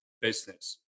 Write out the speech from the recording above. business